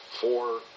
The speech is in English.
four